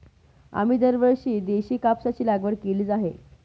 आम्ही यावर्षी देशी कापसाची लागवड केली आहे